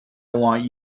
want